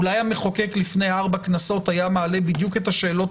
אולי המחוקק לפני ארבע כנסות היה מעלה בדיוק את השאלות